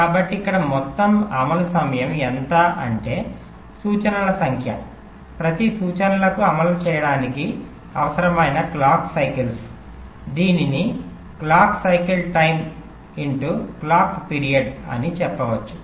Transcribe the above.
కాబట్టి ఇక్కడ మొత్తం అమలు సమయం ఎంత అంటే సూచనల సంఖ్య ప్రతి సూచనలను అమలు చేయడానికి అవసరమైన క్లోక్ సైకిల్స్ దీనిని clock cycle time X clock period అని చెప్పవచ్చు